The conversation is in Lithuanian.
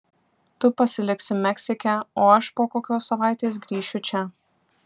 tu pasiliksi meksike o aš po kokios savaitės grįšiu čia